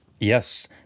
Yes